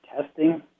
testing